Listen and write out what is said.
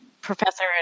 professor